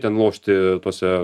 ten lošti tuose